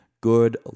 Good